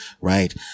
right